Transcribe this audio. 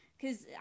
cause